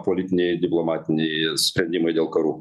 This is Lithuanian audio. politiniai diplomatiniai sprendimai dėl karų